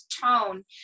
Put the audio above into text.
tone